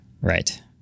Right